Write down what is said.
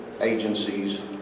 agencies